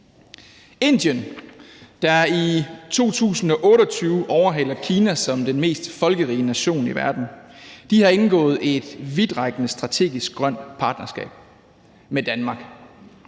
Indien, der i 2028 overhaler Kina som den mest folkerige nation i verden, har indgået et vidtrækkende strategisk grønt partnerskab med Danmark